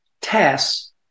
tasks